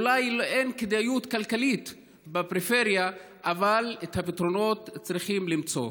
אולי אין כדאיות כלכלית בפריפריה אבל את הפתרונות צריכים למצוא.